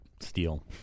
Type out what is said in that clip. steal